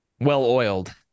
well-oiled